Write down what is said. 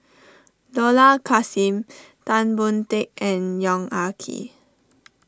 Dollah Kassim Tan Boon Teik and Yong Ah Kee